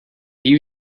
you